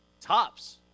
tops